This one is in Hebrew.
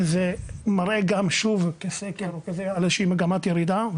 שזה מראה גם שוב כסקר על איזושהי מגמת ירידה.